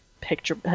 picture